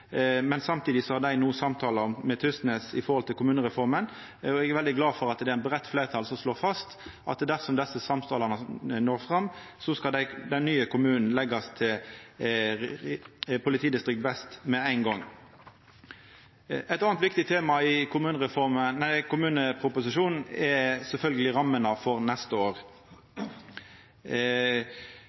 men samtidig har dei no samtalar med Tysnes i samband med kommunereforma. Eg er veldig glad for at det er eit breitt fleirtall som slår fast at dersom desse samtalane fører fram, skal den nye kommunen leggjast til politidistrikt vest med ein gong. Eit anna viktig tema i kommuneproposisjonen er sjølvsagt rammene for neste år.